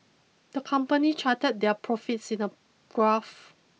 the company charted their profits in a graph